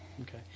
Okay